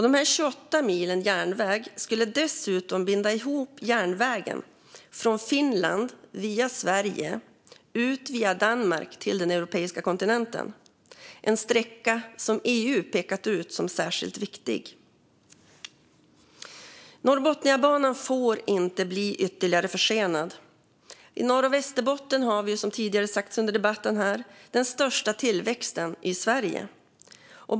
Dessa 28 mil järnväg skulle dessutom binda ihop järnvägen från Finland via Sverige och vidare via Danmark till den europeiska kontinenten. Detta är en sträcka som EU har pekat ut som särskilt viktig. Norrbotniabanan får inte bli ytterligare försenad. I norra Västerbotten har vi, som har sagts tidigare under debatten, den största tillväxten i Sverige.